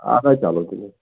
اچھا چلو تیٚلہِ